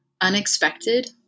unexpected